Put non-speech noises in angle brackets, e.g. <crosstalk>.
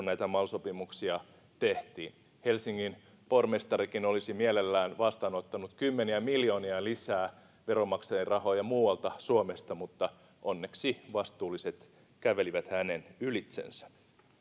<unintelligible> näitä mal sopimuksia tehtiin helsingin pormestarikin olisi mielellään vastaanottanut kymmeniä miljoonia lisää veronmaksajien rahoja muualta suomesta mutta onneksi vastuulliset kävelivät hänen ylitsensä